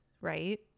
right